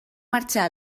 marxar